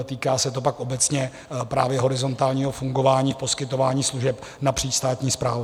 Týká se to pak obecně právě horizontálního fungování, poskytování služeb napříč státní správou.